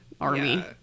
Army